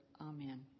Amen